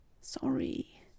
Sorry